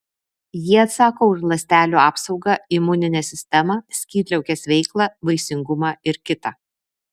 jie atsako už ląstelių apsaugą imuninę sistemą skydliaukės veiklą vaisingumą ir kita